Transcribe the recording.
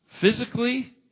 physically